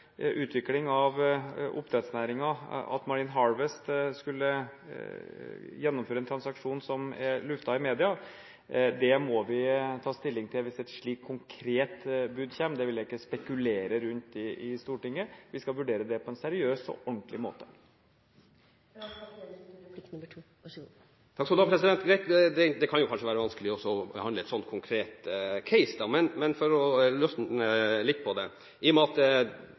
utvikling av oppdrettsnæringen, at Marine Harvest skulle gjennomføre en transaksjon som er luftet i media, må vi ta stilling til hvis et slikt konkret bud kommer. Det vil jeg ikke spekulere rundt i Stortinget. Vi skal vurdere det på en seriøs og ordentlig måte. Det kan kanskje være vanskelig å behandle en slik konkret case, men for å løsne litt på det: I